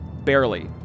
Barely